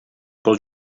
pel